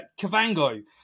Kavango